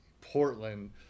Portland